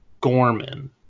Gorman